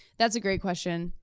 that's a great question,